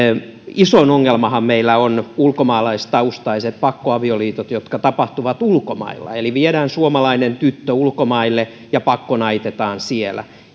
isoin ongelmahan meillä on ulkomaalaistaustaiset pakkoavioliitot jotka tapahtuvat ulkomailla eli kun viedään suomalainen tyttö ulkomaille ja pakkonaitetaan siellä